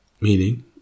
Meaning